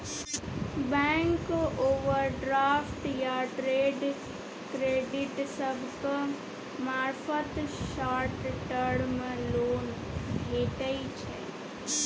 bank overdraft या trade credit सभक मार्फत शॉर्ट टर्म लोन भेटइ छै